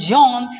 John